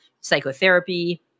psychotherapy